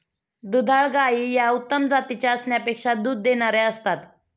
दुधाळ गायी या उत्तम जातीच्या असण्यापेक्षा दूध देणाऱ्या असतात